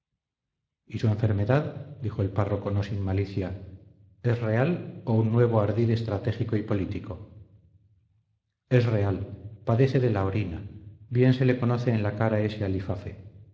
y su enfermedad dijo el párroco no sin malicia es real o un nuevo ardid estratégico y político es real padece de la orina bien se le conoce en la cara ese alifafe